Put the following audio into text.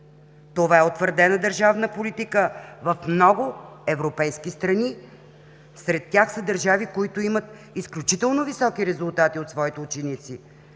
Това е утвърдена държавна политика в много европейски страни. Сред тях са държави, които имат изключително високи резултати от своите ученици.